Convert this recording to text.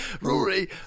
Rory